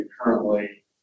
currently